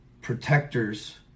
protectors